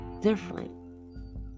different